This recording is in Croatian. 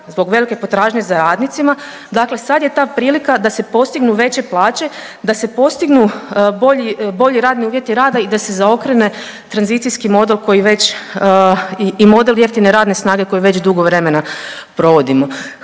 zbog velike potražnje za radnicima, dakle sad je ta prilika da se postignu veće plaće, da se postignu bolji, bolji radni uvjeti rada i da se zaokrene tranzicijski model koji već i model jeftine radne snage koji već dugo vremena provodimo.